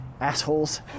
assholes